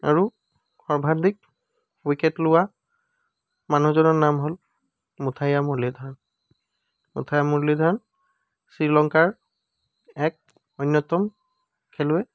আৰু সৰ্বাধিক উইকেট লোৱা মানুহজনৰ নাম হ'ল মুথায়া মূৰুলীধৰ মুথায়া মূৰুলীধৰ শ্ৰীলংকাৰ এক অন্যতম খেলুৱৈ